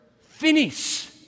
finish